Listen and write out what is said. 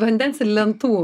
vandens ir lentų